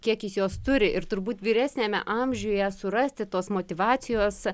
kiek jis jos turi ir turbūt vyresniame amžiuje surasti tos motyvacijos